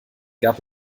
gab